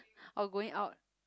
or going out